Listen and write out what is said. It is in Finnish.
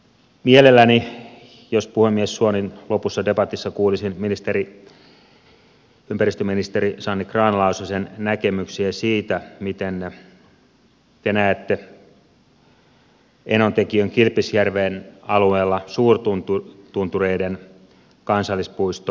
mielelläni jos puhemies suo lopussa debatissa kuulisin ympäristöministeri sanni grahn laasosen näkemyksiä siitä miten te näette enontekiön kilpisjärven alueella suurtuntureiden kansallispuistoajatuksen